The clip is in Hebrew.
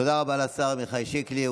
תודה רבה לשר עמיחי שיקלי.